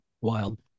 wild